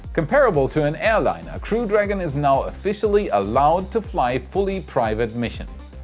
comparable to an airliner, crew dragon is now officially allowed to fly fully private missions.